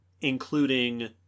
including